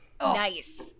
Nice